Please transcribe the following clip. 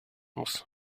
muss